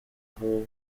aho